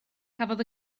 cafodd